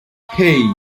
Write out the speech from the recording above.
hey